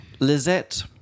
Lizette